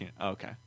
okay